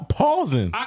pausing